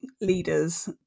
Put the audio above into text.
leaders